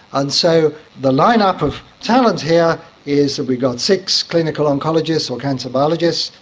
and so the lineup of talent here is that we've got six clinical oncologists or cancer biologists,